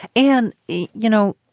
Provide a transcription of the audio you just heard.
and, you know.